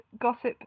gossip